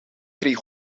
kreeg